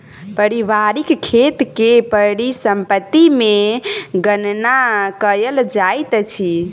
पारिवारिक खेत के परिसम्पत्ति मे गणना कयल जाइत अछि